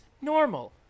normal